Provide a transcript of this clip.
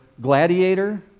Gladiator